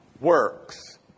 works